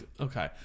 okay